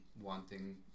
wanting